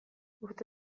urte